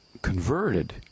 Converted